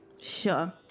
Sure